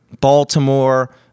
Baltimore